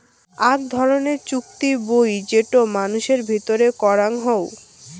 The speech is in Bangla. আক ধরণের চুক্তি বুই যেটো মানুষের ভিতরে করাং হউ